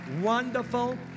Wonderful